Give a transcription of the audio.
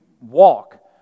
walk